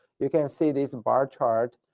you can see this bar chart.